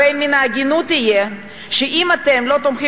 הרי מן ההגינות יהיה שאם אתם לא תומכים